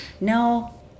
No